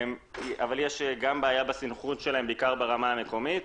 יש גם בעיה בסנכרון שלהם, בעיקר ברמה המקומית.